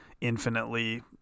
infinitely